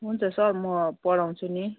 हुन्छ सर म पढाउँछु नि